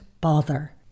bother